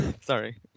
sorry